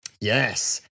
Yes